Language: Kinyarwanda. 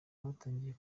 batangiye